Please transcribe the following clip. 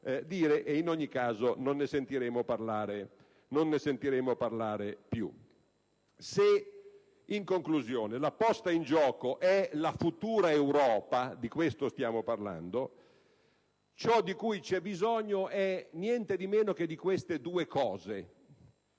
in ogni caso, non ne sentiremo parlare più. In conclusione, se la posta in gioco è la futura Europa (di questo stiamo parlando), ciò di cui c'è bisogno sono niente di meno che due cose.